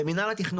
למינהל התכנון.